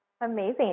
Amazing